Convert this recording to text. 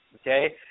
okay